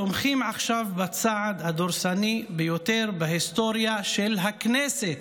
תומכים עכשיו בצעד הדורסני ביותר בהיסטוריה של הכנסת",